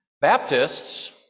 Baptists